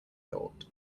thought